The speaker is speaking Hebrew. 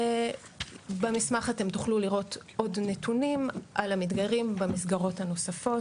ובמסמך אתם תוכלו לראות עוד נתונים על המתגיירים במסגרות הנוספות.